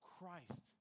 Christ